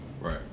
right